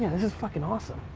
and this is fuckin' awesome.